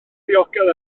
ddiogel